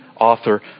author